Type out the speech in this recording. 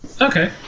okay